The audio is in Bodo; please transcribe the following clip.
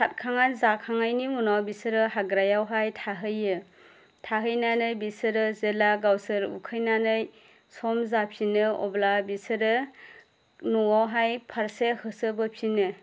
साथखांनानै जाखांनायनि उनाव बिसोरो हाग्रायावहाय थाहैयो थाहैनानै बिसोरो जेला गावसोर उखैनानै सम जाफिनो अब्ला बिसोरो न'आवहाय फारसे होसोबोफिनो